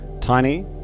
Tiny